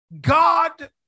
God